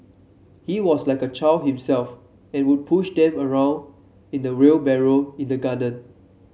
he was like a child himself and would push them around in a wheelbarrow in the garden